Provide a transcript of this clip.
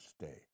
stay